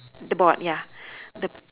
the board ya the